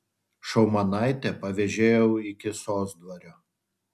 šaumanaitę pavėžėjau iki sosdvario